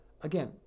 again